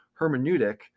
hermeneutic